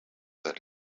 that